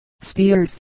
spears